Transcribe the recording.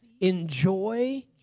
enjoy